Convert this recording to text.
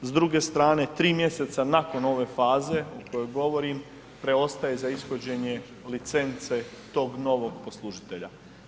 S druge strane, 3. mjeseca nakon ove faze o kojoj govorim, preostaje za ishođenje licence tog novog poslužitelja.